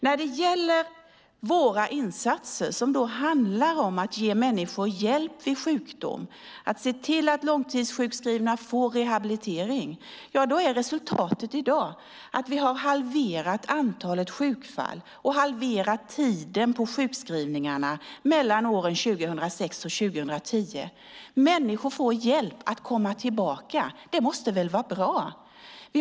Några av våra insatser handlar om att ge människor hjälp vid sjukdom och att se till att långtidssjukskrivna får rehabilitering. Resultatet är att vi halverade antalet sjukfall och tiden på sjukskrivningarna mellan åren 2006 och 2010. Människor får hjälp att komma tillbaka. Det måste väl vara bra.